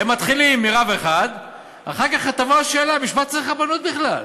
הם מתחילים מרב אחד ואחר כך תבוא השאלה: בשביל מה צריך רבנות בכלל?